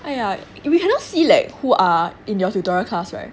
!aiya! we cannot see like who are in your tutorial class [right]